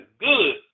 good